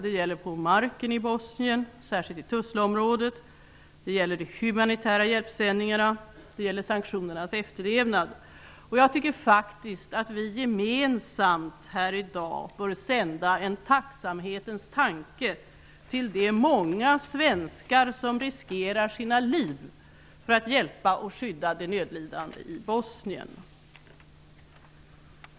Det gäller på marken i Bosnien, särskilt i Tuzlaområdet, det gäller de humanitära hjälpsändningarna och det gäller sanktionernas efterlevnad. Jag tycker faktiskt att vi gemensamt här i dag bör sända en tacksamhetens tanke till de många svenskar som riskerar sina liv för att hjälpa och skydda de nödlidande i Bosnien.